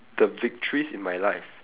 the victories in my life